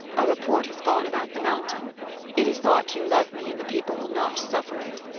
a report has gone about the mountain it is thought you love me, and the people will not suffer it